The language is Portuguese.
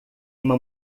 uma